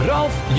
Ralph